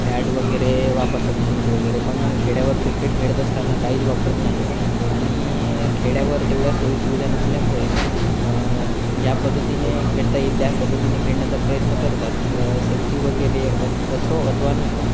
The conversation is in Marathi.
पॅड वगैरे वापरतात हेल्मेट वगैरे पण खेड्यावर क्रिकेट खेळत असताना काहीच वापरत नाही आणि खेड्यावर तेवढ्या सोईसुविधा नसल्यामुळे ज्या पद्धतीने खेळता येईल त्या पद्धतीने खेळण्याचा प्रयत्न करतात सेफ्टी वगैरे असो अथवा नसो